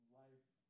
life